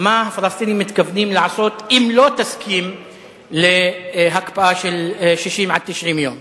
מה הפלסטינים מתכוונים לעשות אם לא תסכים להקפאה של 60 עד 90 יום.